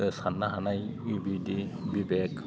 साननो हानाय बिबायदि बिबेग